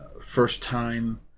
first-time